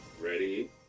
Ready